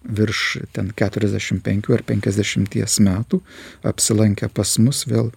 virš ten keturiasdešim penkių ar penkiasdešimties metų apsilankę pas mus vėl